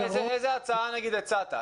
איזו הצעה למשל הצעת?